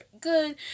good